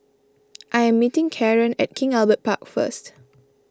I am meeting Karon at King Albert Park first